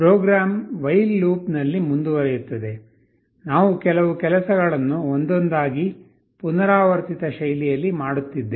program while loop ನಲ್ಲಿ ಮುಂದುವರಿಯುತ್ತದೆ ನಾವು ಕೆಲವು ಕೆಲಸಗಳನ್ನು ಒಂದೊಂದಾಗಿ ಪುನರಾವರ್ತಿತ ಶೈಲಿಯಲ್ಲಿ ಮಾಡುತ್ತಿದ್ದೇವೆ